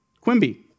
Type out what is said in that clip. Quimby